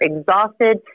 exhausted